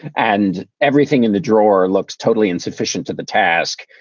and everything in the drawer looks totally insufficient to the task,